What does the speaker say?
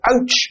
ouch